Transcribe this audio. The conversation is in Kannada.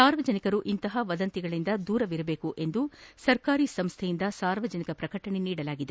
ಸಾರ್ವಜನಿಕರು ಇಂತಹ ವದಂತಿಗಳಿಂದ ದೂರವಿರಬೇಕು ಎಂದು ಸರ್ಕಾರಿ ಸಂಸ್ಥೆಯಿಂದ ಸಾರ್ವಜನಿಕ ಪ್ರಕಟಣೆ ನೀಡಲಾಗಿದೆ